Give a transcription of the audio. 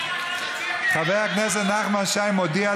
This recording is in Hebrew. חבר הכנסת נחמן שי מודיע,